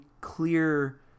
clear